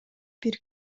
бир